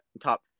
top